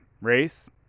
race